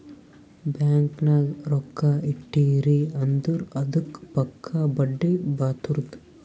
bank ನಾಗ್ ರೊಕ್ಕಾ ಇಟ್ಟಿರಿ ಅಂದುರ್ ಅದ್ದುಕ್ ಪಕ್ಕಾ ಬಡ್ಡಿ ಬರ್ತುದ್